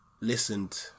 Listened